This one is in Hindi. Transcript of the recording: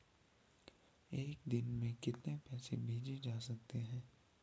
एक दिन में कितने पैसे भेजे जा सकते हैं?